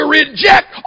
reject